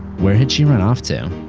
where had she run off to?